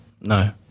No